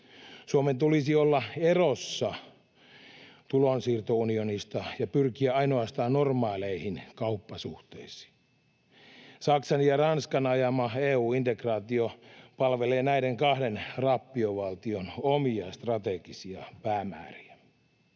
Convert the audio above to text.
Suomen tulisi olla erossa tulonsiirtounionista ja pyrkiä ainoastaan normaaleihin kauppasuhteisiin. Saksan ja Ranskan ajama EU-integraatio palvelee näiden kahden rappiovaltion omia strategisia päämääriä.